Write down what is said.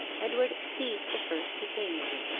edward seized the first he came to.